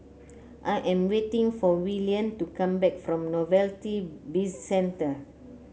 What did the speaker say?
I am waiting for Willian to come back from Novelty Bizcentre